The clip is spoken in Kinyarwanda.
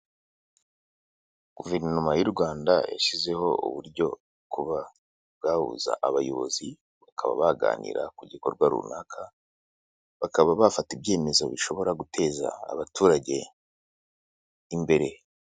Guverinoma y'u Rwanda yashyizeho uburyo bwo kuba bwahuza abayobozi bakaba baganira ku gikorwa runaka, bakaba bafata ibyemezo bishobora guteza abaturage imbere.